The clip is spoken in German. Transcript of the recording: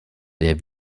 der